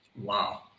Wow